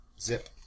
zip